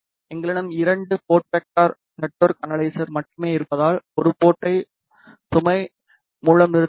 எங்களிடம் இரண்டு port vector network analyser மட்டுமே இருப்பதால் ஒரு போர்ட்டை சுமை மூலம் நிறுத்த வேண்டும்